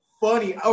funny